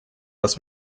lass